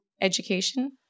education